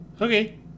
Okay